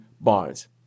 Barnes